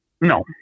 No